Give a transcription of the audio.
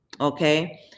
okay